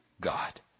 God